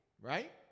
Right